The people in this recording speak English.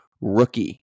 rookie